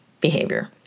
behavior